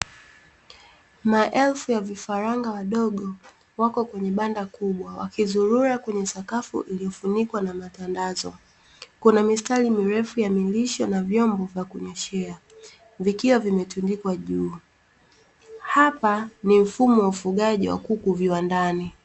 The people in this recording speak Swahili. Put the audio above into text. Maelfu wa vifaranga wadogo wako kwenye banda kubwa wakizurula kwenye sakafu iliyofunikwa na matandazo kuna mistari mirefu ya milisho na vyombo vya kunyweeshea vikiwa vimetundikwa juu, Hapa ni mfumo wa ufugaji wa kuku viwandani.